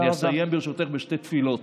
אסיים, ברשותך, בשתי תפילות